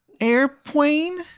airplane